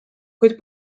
kuid